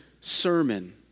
sermon